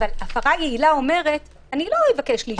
אבל הפרה יעילה אומרת: אני לא אבקש להישפט,